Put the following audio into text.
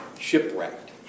shipwrecked